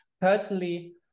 personally